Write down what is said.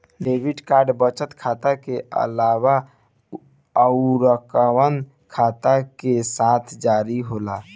Debit card बचत खाता के अलावा अउरकवन खाता के साथ जारी होला?